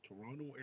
Toronto